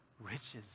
riches